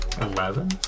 Eleven